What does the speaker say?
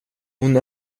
hon